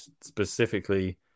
specifically